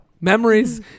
memories